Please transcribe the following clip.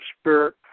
Spirit